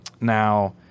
Now